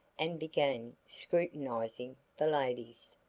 and began scrutinizing the ladies.